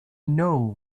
know